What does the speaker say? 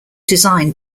designed